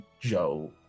Joe